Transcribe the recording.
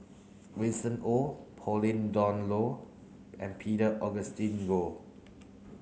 Winston Oh Pauline Dawn Loh and Peter Augustine Goh